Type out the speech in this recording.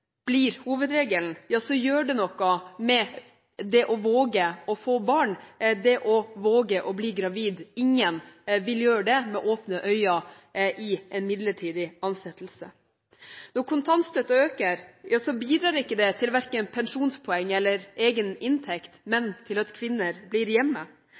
blir hovedregelen, så gjør det noe med det å våge å få barn, det å våge å bli gravid. Ingen vil gjøre det med åpne øyne i en midlertidig ansettelse. Når kontantstøtten øker, så bidrar det verken til pensjonspoeng eller egen inntekt, men til at kvinner blir hjemme,